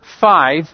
five